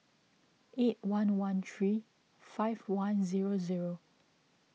eight one one three five one zero zero